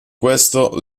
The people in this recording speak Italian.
questo